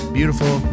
Beautiful